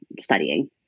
studying